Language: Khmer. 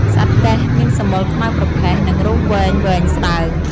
សត្វកែះមានសម្បុរខ្មៅប្រផេះ និងរោមវែងៗស្តើង។